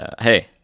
hey